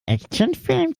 actionfilm